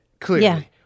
clearly